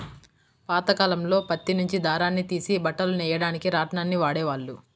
పాతకాలంలో పత్తి నుంచి దారాన్ని తీసి బట్టలు నెయ్యడానికి రాట్నాన్ని వాడేవాళ్ళు